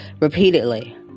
repeatedly